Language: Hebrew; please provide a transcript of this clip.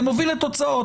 זה מוביל לתוצאות.